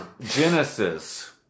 Genesis